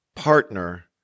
partner